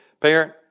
parent